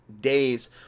days